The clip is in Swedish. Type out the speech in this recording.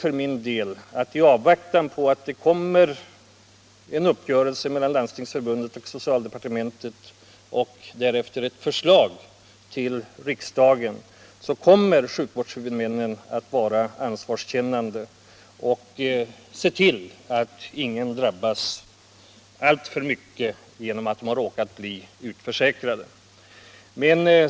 I avvaktan på en uppgörelse mellan Landstingsförbundet och socialdepartementet och i avvaktan på att ett förslag framläggs för riksdagen tror jag för min del att sjukvårdshuvudmännen kommer att känna sitt ansvar och att de ser till att ingen drabbas alltför hårt genom att bli utförsäkrad.